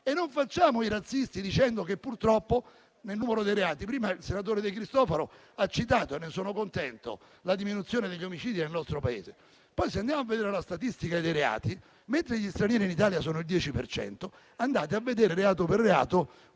e non facciamo i razzisti dicendo che, purtroppo, nel numero dei reati… Prima il senatore De Cristofaro ha citato - e ne sono contento - la diminuzione degli omicidi nel nostro Paese. Andiamo però a vedere la statistica dei reati; mentre gli stranieri in Italia sono il 10 per cento, andate a vedere, reato per reato, chi sono